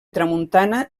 tramuntana